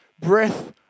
breath